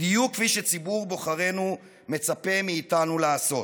בדיוק כפי שציבור בוחרינו מצפה מאיתנו לעשות.